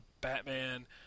Batman